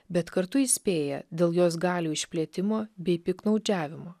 bet kartu įspėja dėl jos galių išplėtimo bei piktnaudžiavimo